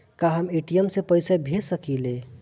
का हम ए.टी.एम से पइसा भेज सकी ले?